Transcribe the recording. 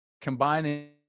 combining